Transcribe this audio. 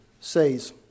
says